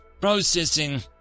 Processing